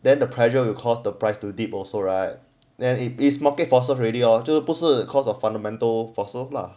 then the pressure will cause the price to dip also right then it is market forces already or 就是不是 cost of fundamental forces lah